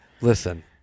Listen